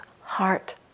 heart